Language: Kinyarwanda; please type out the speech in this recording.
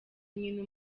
nyina